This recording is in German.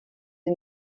sie